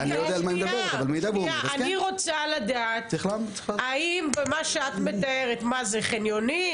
כי ההנחה היא שאם מביאים מערכת הגברה אז מדובר על אירוע משמעותי.